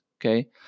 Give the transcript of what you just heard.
okay